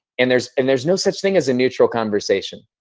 and there's and there's no such thing as a neutral conversation.